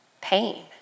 pain